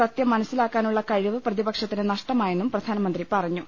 സത്യം മനസ്സിലാക്കാനുള്ള കഴിവ് പ്രതിപക്ഷത്തിന് നഷ്ടമായെന്നും പ്രധാ നമന്ത്രി പറഞ്ഞു